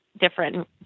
different